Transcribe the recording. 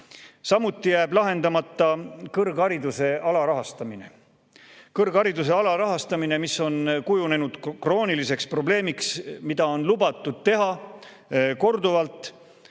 Samuti jääb lahendamata kõrghariduse alarahastamise probleem. Kõrghariduse alarahastamine on kujunenud krooniliseks probleemiks, mida on lubatud [lahendada] korduvalt,